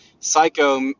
Psycho